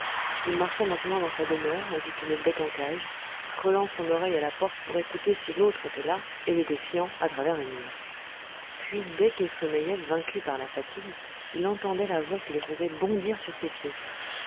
il marchait maintenant dans sa demeure ainsi qu'une bête en cage collant son oreille à la porte pour écouter si l'autre était là et le défiant à travers le mur puis dès qu'il sommeillait vaincu par la fatigue il entendait la voix qui le faisait bondir sur ses pieds